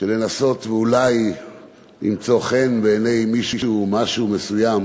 של לנסות ואולי למצוא חן בעיני מישהו או משהו מסוים.